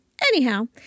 Anyhow